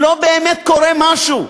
לא באמת קורה משהו.